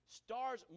stars